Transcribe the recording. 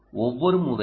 ஒவ்வொரு முறையும்